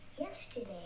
Yesterday